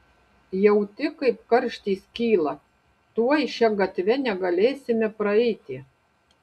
jauti kaip karštis kyla tuoj šia gatve negalėsime praeiti